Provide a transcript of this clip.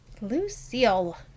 Lucille